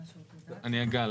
יש פה מישהו ...